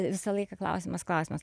visą laiką klausimas klausimas